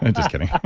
and just kidding